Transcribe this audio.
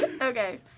Okay